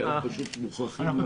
כי אנחנו פשוט מוכרחים להמשיך.